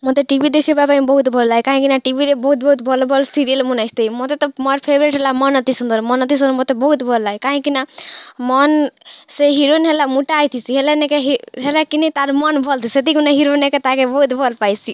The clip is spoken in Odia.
ମତେ ଟି ଭି ଦେଖିବା ପାଇଁ ବହୁତ୍ ଭଲ ଲାଗେ କାହିଁକିନା ଟିଭିରେ ବହୁତ୍ ବହୁତ୍ ଭଲ୍ ଭଲ୍ ସିରିଏଲ୍ମନେ ଆସିଥାଏ ମତେ ତ ମୋର ଫେବ୍ରେଟ୍ ହେଲା ମନ୍ ଅତି ସୁନ୍ଦର୍ ମନ ଅତି ସୁନ୍ଦର୍ ମତେ ବହୁତ୍ ଭଲ ଲାଗେ କାହିଁକିନା ମନ୍ ସେ ହିରୋଇନ୍ ହେଲା ମୋଟା ହେଇଥିସି ହେଲେ ନେକେ ହେଲା କି ନେଇଁ ତାର୍ ମନ୍ ଭଲ୍ ତ ସେଥିଗୁନେ ହିରୋଇନ୍ ନେକେ ତାହାକେ ବହୁତ ଭଲ୍ ପାଇସି